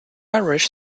irish